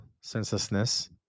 senselessness